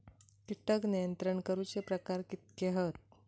कीटक नियंत्रण करूचे प्रकार कितके हत?